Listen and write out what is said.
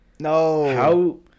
No